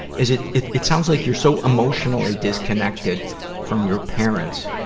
is it, it, it sounds like you're so emotionally disconnected from your parents.